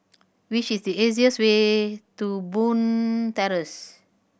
what is the easiest way to Bond Terrace